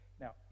Now